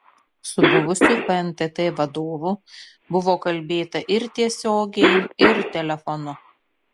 su buvusiu fntt vadovu buvo kalbėta ir tiesiogiai ir telefonu